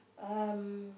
um